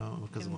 בבקשה.